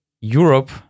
Europe